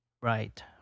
Right